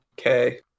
Okay